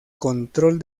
control